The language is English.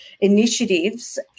initiatives